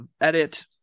edit